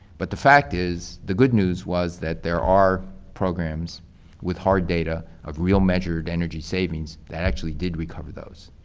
but the fact is, the good news was that there are programs with hard data of real measured energy savings that actually do recover those.